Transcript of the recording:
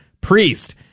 priest